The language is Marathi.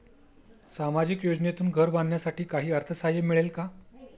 सामाजिक योजनेतून घर बांधण्यासाठी काही अर्थसहाय्य मिळेल का?